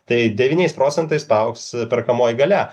tai devyniais procentais paaugs perkamoji galia